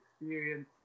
experience